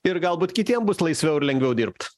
ir galbūt kitiem bus laisviau ir lengviau dirbt